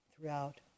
throughout